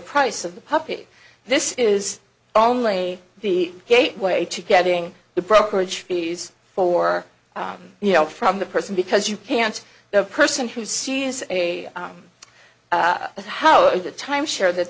price of the puppy this is only the gateway to getting the brokerage fees for you know from the person because you can't the person who sees a how the time share that